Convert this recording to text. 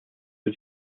für